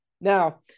Now